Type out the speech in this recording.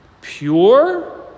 pure